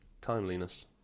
timeliness